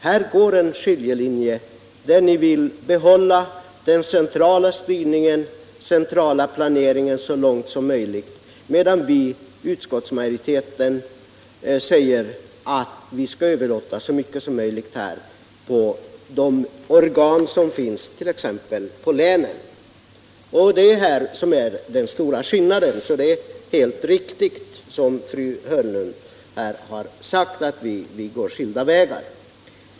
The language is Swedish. Här går en skiljelinje, där ni vill behålla den centrala planeringen och styrningen så långt som möjligt, medan utskottsmajoriteten säger att vi skall överlåta så mycket som möjligt av detta på länsorganen. Detta är den stora skillnaden mellan våra uppfattningar; det är helt riktigt som fru Hörnlund här har sagt, att vi går skilda vägar.